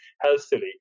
healthily